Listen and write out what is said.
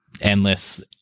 endless